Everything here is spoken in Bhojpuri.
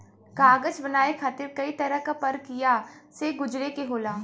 कागज बनाये खातिर कई तरह क परकिया से गुजरे के होला